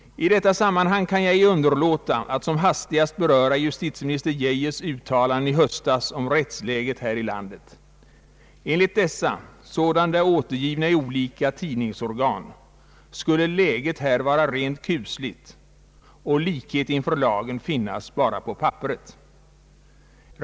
I detta sammanhang kan jag ej underlåta att som hastigast beröra justitieminister Geijers uttalanden i höstas om rättsläget här i landet. Enligt dessa, sådana de är återgivna i olika tidningsorgan, skulle läget här vara rent kusligt och likhet inför lagen finnas bara på papperet.